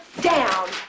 down